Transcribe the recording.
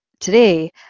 Today